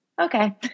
okay